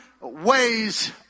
ways